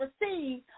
receive